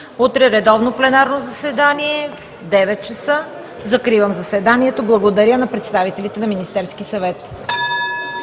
Утре редовно пленарно заседание от 9,00 ч. Закривам заседанието. Благодаря на представителите на Министерския съвет.